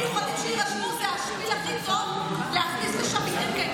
נימוקים מיוחדים שיירשמו זה השפיל הכי טוב להכניס לשם מקרים,